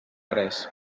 res